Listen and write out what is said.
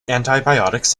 antibiotics